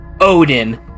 Odin